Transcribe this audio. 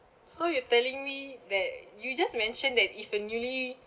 so you telling me that you just mentioned that if a newly